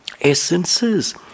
essences